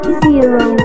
zero